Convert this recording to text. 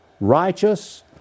righteous